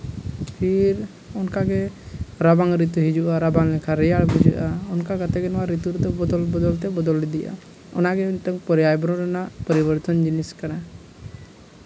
ᱯᱷᱤᱨ ᱚᱱᱠᱟᱜᱮ ᱨᱟᱵᱟᱜ ᱨᱤᱛᱩ ᱦᱤᱡᱩᱜᱼᱟ ᱨᱟᱵᱟᱝ ᱨᱮᱭᱟᱲ ᱵᱩᱡᱷᱟᱹᱜᱼᱟ ᱚᱱᱠᱟ ᱠᱟᱛᱮᱫ ᱜᱮ ᱱᱚᱣᱟ ᱨᱤᱛᱩ ᱨᱮᱫᱚ ᱵᱚᱫᱚᱞ ᱵᱚᱫᱚᱞᱛᱮ ᱵᱚᱫᱚᱞ ᱤᱫᱤᱜᱼᱟ ᱚᱱᱟᱜᱮ ᱢᱤᱫᱴᱟᱹᱝ ᱯᱚᱨᱭᱟᱵᱚᱨᱚᱱ ᱨᱮᱱᱟᱜ ᱯᱚᱨᱤᱵᱚᱨᱛᱚᱱ ᱡᱤᱱᱤᱥ ᱠᱟᱱᱟ